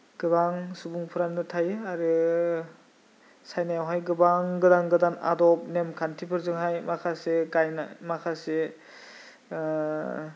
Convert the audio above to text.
गोबां सुबुंफोरानो थायो आरो चाइनायावहाय गोबां गोदान गोदान आदब नेमखान्थिफोरजोंहाय माखासे गायन माखासे